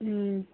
ꯎꯝ